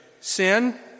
sin